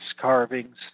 carvings